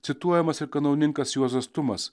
cituojamas ir kanauninkas juozas tumas